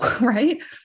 right